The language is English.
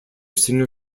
singer